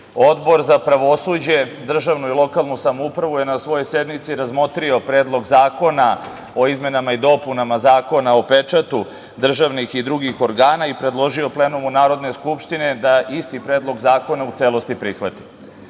Odbor za pravosuđe, državnu upravu i lokalnu samoupravu je na svojoj sednici razmotrio Predlog zakona o izmenama i dopunama Zakona o pečatu državnih i drugih organa i predložio plenumu Narodne skupštine da isti predlog zakona u celosti prihvati. Vlada